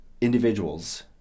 individuals